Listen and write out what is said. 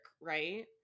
right